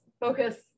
focus